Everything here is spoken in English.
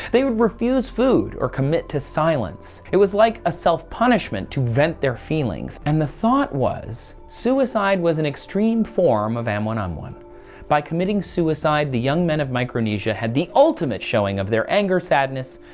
they would refuse food or commit to silence. it was like a self punishment to vent their feelings and the thought was suicide was an extreme form of amwunumwun. by committing suicide the young men of micronesia had the ultimate showing of their anger, sadness,